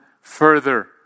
further